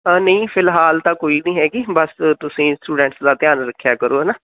ਨਹੀਂ ਫਿਲਹਾਲ ਤਾਂ ਕੋਈ ਨਹੀਂ ਹੈਗੀ ਬਸ ਤੁਸੀਂ ਸਟੂਡੈਂਟਸ ਦਾ ਧਿਆਨ ਰੱਖਿਆ ਕਰੋ ਹੈ ਨਾ